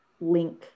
link